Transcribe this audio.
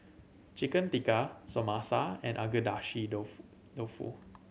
Chicken Tikka Samosa and Agedashi Dofu Dofu